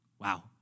Wow